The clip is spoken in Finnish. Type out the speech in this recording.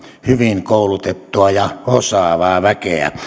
hyvin koulutettua ja osaavaa väkeä